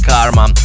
Karma